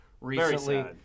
recently